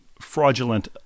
fraudulent